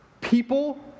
people